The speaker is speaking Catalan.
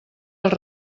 els